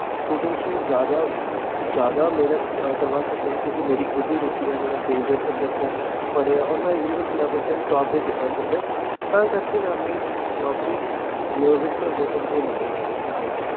students ਨੂੰ ਜ਼ਿਆਦਾ ਜ਼ਿਆਦਾ ਮਿਹਨਤ ਕਰਵਾ ਸਕਦਾ ਕਿਉਂਕਿ ਮੇਰੀ ਖੁਦ ਦੀ ਰੁਚੀ ਹੈ ਮੇਰਾ ਫੇਵਰੇਟ ਸਬਜੈਕਟ ਹੈ ਪੜ੍ਹਿਆ ਔਰ ਮੈਂ ਯੂਨੀਵਰਸਿਟੀ ਲੈਵਲ 'ਤੇ ਟੋਪ ਵੀ ਕੀਤਾ ਇਹ ਸਬਜੈਕਟ 'ਚ ਤਾਂ ਕਰਕੇ ਮੈਂ ਆਪਣੀ ਨੌਕਰੀ ਮਿਊਜ਼ਿਕ ਦੇ ਰਿਲੇਟਡ ਹੀ ਲੱਭੂਗਾ ਕੋਈ ਵੀ ਹੋਊਗੀ ਜੇ